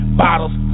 bottles